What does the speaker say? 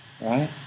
Right